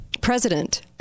president